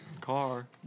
car